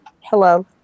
Hello